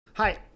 Hi